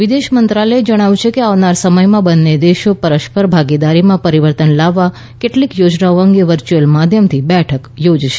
વિદેશ મંત્રાલયે જણાવ્યું છે કે આવનાર સમયમાં બંને દેશો પરસ્પર ભાગીદારીમાં પરીવર્તન લાવવા કેટલીક યોજનાઓ અંગે વર્ચ્યુયલ માધ્યમથી બેઠક યોજાશે